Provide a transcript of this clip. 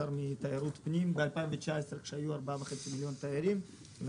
מיליארד מתיירות פנים כשהיו 4.5 מיליון תיירים,